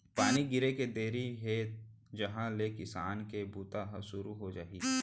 पानी गिरे के देरी हे तहॉं ले किसानी के बूता ह सुरू हो जाही